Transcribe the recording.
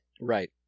Right